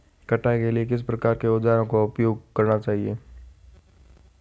कटाई के लिए किस प्रकार के औज़ारों का उपयोग करना चाहिए?